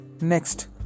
Next